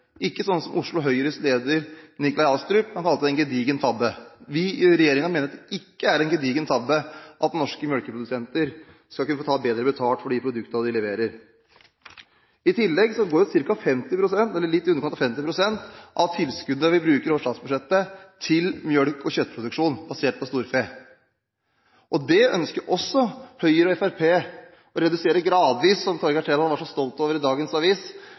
ikke slik som Oslo Høyres leder, Nikolai Astrup, kalte det: en gedigen tabbe. Vi i regjeringen mener at det ikke er en gedigen tabbe at norske melkeprodusenter skal kunne ta bedre betalt for de produktene de leverer. I tillegg går litt i underkant av 50 pst. av tilskuddene over statsbudsjettet til melke- og kjøttproduksjon basert på storfe. Også dette ønsker Høyre og Fremskrittspartiet gradvis å redusere – noe Torgeir Trældal var så stolt over i dagens avis